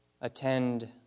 Attend